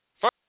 First